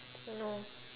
no